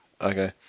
Okay